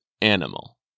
animal